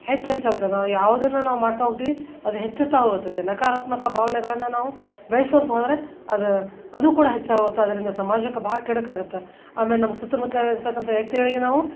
ಹೆಚ್ಚು ಹೆಚ್ಚು ಆಗ್ತಾವೆ ನಾವು ಯಾವುದನ್ನು ನಾವು ಮಾಡ್ತಾ ಹೋಗ್ತೀವಿ ಅದು ಹೆಚ್ಚುತ್ತ ಹೋಗುತ್ತದೆ ನಕಾರಾತ್ಮಕ ಭಾವನೆಗಳನ್ನು ನಾವು ಬೆಳೆಸ್ಕೋತ್ ಹೋದರೆ ಅದು ಅದು ಕೂಡ ಹೆಚ್ಚಾಗಿ ಹೋಗ್ತದೆ ಅದರಿಂದ ಸಮಾಜಕ್ಕೆ ಬಹಳ ಕೆಡುಕಾಗುತ್ತೆ ಆಮೇಲೆ ನಮ್ಮ ಸುತ್ತಮುತ್ತಲಲ್ಲಿರ್ತಕ್ಕಂಥ ವ್ಯಕ್ತಿಗಳಿಗೆ ನಾವು